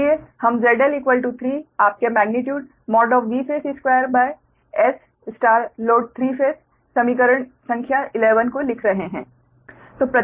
इसलिए हम ZL 3 आपके मेग्नीट्यूड Vphase2Sload3ϕ समीकरण संख्या 11 को लिख रहे हैं